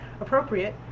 appropriate